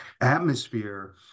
atmosphere